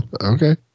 okay